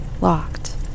locked